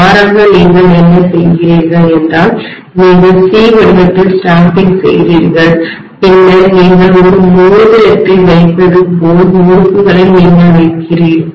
மாறாக நீங்கள் என்ன செய்கிறீர்கள் என்றால் நீங்கள் C வடிவத்தில் ஸ்டாம்பிங் செய்கிறீர்கள் பின்னர் நீங்கள் ஒரு மோதிரத்தை வைப்பது போல் முறுக்குகளை நீங்கள் வைக்கிறீர்கள்